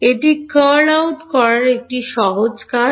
এটি curl out করার একটি সহজ কাজ